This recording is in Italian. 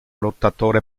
lottatore